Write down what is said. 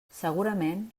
segurament